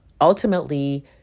ultimately